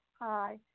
Hi